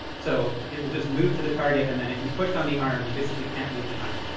so it will just move to the target. and then if you push on the arm, you basically can't move the arm.